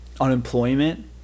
unemployment